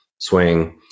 swing